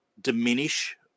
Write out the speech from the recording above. diminish